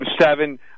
seven